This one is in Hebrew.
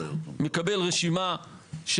מקבל רשימה,